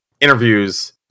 interviews